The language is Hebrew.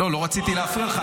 לא רציתי להפריע לך.